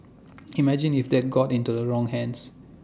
imagine if that got into the wrong hands